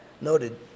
Noted